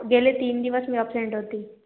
गेले तीन दिवस मी अपसेन्ट होती